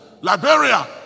Liberia